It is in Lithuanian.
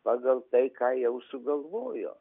pagal tai ką jau sugalvojo